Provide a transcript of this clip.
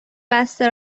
بسته